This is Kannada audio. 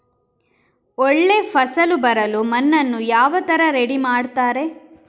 ಒಳ್ಳೆ ಫಸಲು ಬರಲು ಮಣ್ಣನ್ನು ಯಾವ ತರ ರೆಡಿ ಮಾಡ್ತಾರೆ?